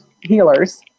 healers